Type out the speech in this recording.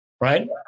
Right